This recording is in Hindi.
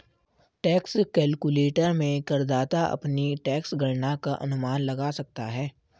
टैक्स कैलकुलेटर में करदाता अपनी टैक्स गणना का अनुमान लगा सकता है